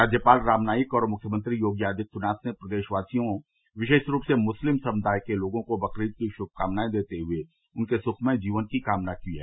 राज्यपाल राम नाईक और मुख्यमंत्री योगी आदित्यनाथ ने प्रदेशवासियों विशेष रूप से मुस्लिम समुदाय के लोगों को बकरीद की शुभकामनाएं देते हुए उनके सुखमय जीवन की कामना की है